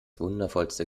wundervollste